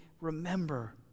remember